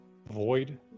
Void